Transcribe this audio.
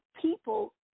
people